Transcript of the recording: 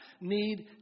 need